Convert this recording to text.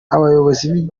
abayobozi